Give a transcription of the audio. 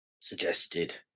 suggested